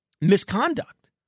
misconduct